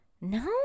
No